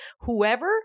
whoever